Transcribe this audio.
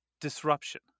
disruption